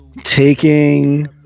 taking